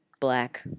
black